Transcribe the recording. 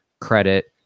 credit